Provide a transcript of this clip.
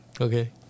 Okay